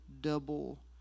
double